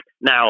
Now